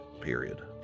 period